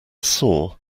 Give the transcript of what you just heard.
saw